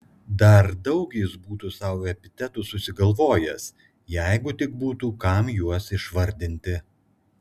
dar daug jis būtų sau epitetų susigalvojęs jeigu tik būtų kam juos išvardinti